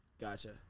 Gotcha